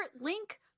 link